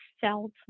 felt